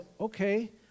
okay